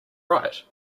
right